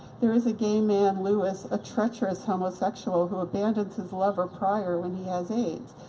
there is a gay man, louis, a treacherous homosexual who abandons his lover prior when he has aids.